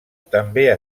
també